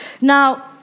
Now